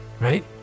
right